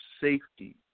safety